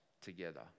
together